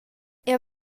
jeu